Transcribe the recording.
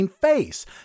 face